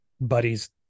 buddies